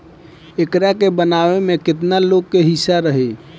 एकरा के बनावे में केतना लोग के हिस्सा रही